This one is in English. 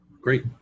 Great